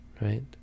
right